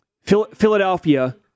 Philadelphia